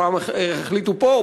פעם החליטו פה,